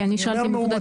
כי אני שאלתי על מבודדים.